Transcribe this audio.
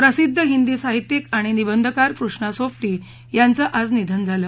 प्रसिद्ध हिंदी साहित्यिकआणि निबंधकार कृष्णा सोबती यांचं आज निधन झालं